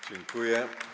Dziękuję.